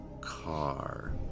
car